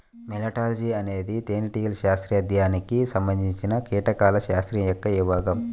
మెలిటాలజీఅనేది తేనెటీగల శాస్త్రీయ అధ్యయనానికి సంబంధించినకీటకాల శాస్త్రం యొక్క విభాగం